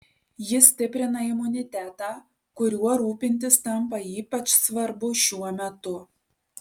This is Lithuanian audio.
ji stiprina imunitetą kuriuo rūpintis tampa ypač svarbu šiuo metu